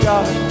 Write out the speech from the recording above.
God